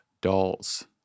Dolls